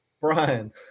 Brian